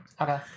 Okay